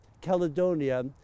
Caledonia